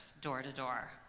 door-to-door